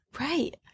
Right